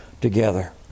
together